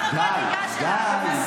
בסך הכול ניגש אלייך.